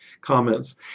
comments